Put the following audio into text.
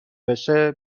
بشه